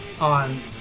on